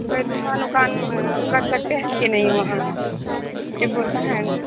तो यह दुकान वुकान कर सकते हैं कि नहीं वहाँ एक होता है